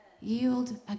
Yield